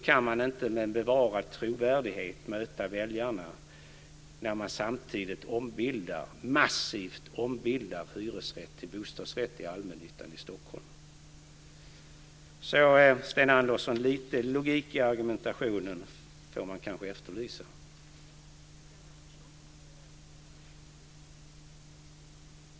Man kan inte med bevarad trovärdighet möta väljarna när man samtidigt massivt ombildar hyresrätt till bostadsrätt i allmännyttan i Lite logik i argumentationen får man kanske efterlysa, Sten Andersson.